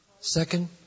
Second